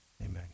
Amen